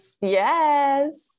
yes